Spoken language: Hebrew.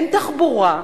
אין תחבורה.